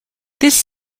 this